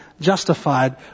justified